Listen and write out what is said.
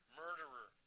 murderer